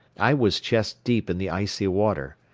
i was chest deep in the icy water.